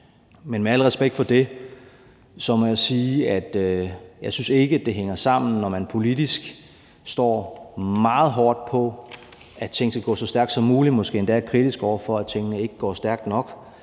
stadig er muligt, så må jeg sige, at jeg ikke synes, det hænger sammen, når man politisk står meget hårdt på, at ting skal gå så stærkt som muligt, og måske endda er kritisk over for, at tingene ikke går stærkt nok,